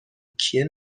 کیه